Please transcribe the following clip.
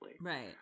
right